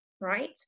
right